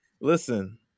Listen